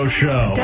show